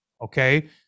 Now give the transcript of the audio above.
Okay